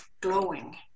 glowing